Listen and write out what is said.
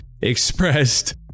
expressed